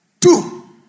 Two